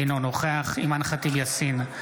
אינו נוכח אימאן ח'טיב יאסין,